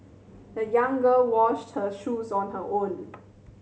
the young girl washed her shoes on her own